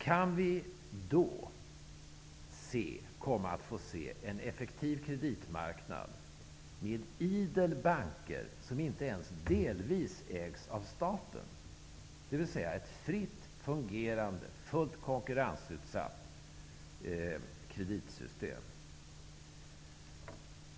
Kan vi då få se en effektiv kreditmarknad med idel banker som inte ens delvis ägs av staten, dvs. ett fritt fungerande, fullt konkurrensutsatt kreditsystem?